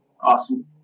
Awesome